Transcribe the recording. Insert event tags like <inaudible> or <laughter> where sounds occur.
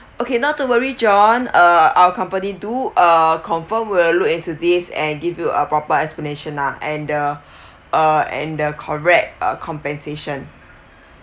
okay not to worry john uh our company do uh confirm will look into this and give you a proper explanation ah and the <breath> uh and the correct uh compensation